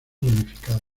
ramificadas